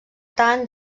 tant